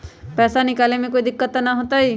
पैसा निकाले में कोई दिक्कत त न होतई?